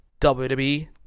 WWE